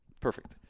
perfect